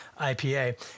IPA